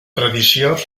tradició